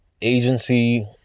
agency